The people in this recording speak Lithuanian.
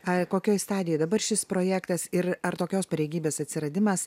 ai kokioj stadijoj dabar šis projektas ir ar tokios pareigybės atsiradimas